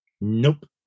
Nope